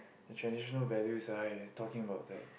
traditional value right talking about that